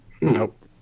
Nope